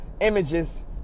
images